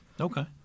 Okay